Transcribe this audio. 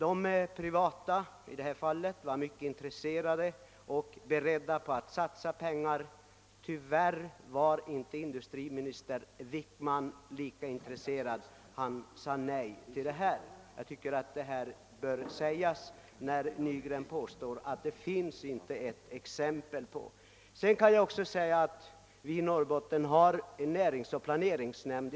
Ifrågavarande privatföretag var mycket intresserade och beredda att satsa pengar. Tyvärr var industriminister Wickman inte lika intresserad — han sade nej. Jag tycker att detta bör framhållas i anslutning till vad herr Nygren yttrade. I Norrbottens läns landsting har vi en näringsoch planeringsnämnd.